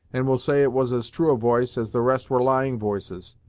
and will say it was as true a voice as the rest were lying voices.